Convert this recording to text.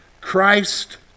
Christ